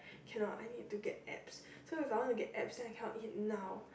cannot I need to get abs so if I want to get abs I cannot eat now